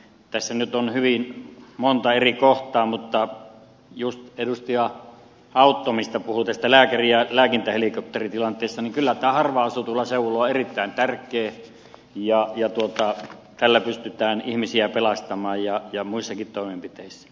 tässä nyt on hyvin monta eri kohtaa mutta kun edustaja autto juuri puhui lääkäri ja lääkintähelikopteritilanteesta niin kyllä tämä harvaan asutuilla seuduilla on erittäin tärkeää ja tällä pystytään ihmisiä pelastamaan ja muissakin toimenpiteissä toimimaan